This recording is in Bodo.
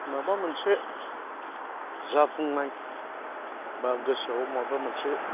माबा मोनसे जाफुंनाय एबा गोसोआव माबा मोनसे